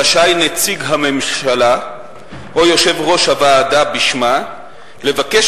רשאי נציג הממשלה או יושב-ראש הוועדה בשמה לבקש